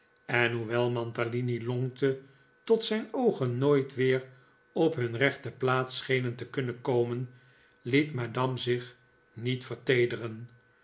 en hoewel mantalini lonkte tot zijn oogen nooit weer op hun rechte plaats schenen te kunnen komen liet madame zich niet